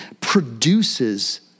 produces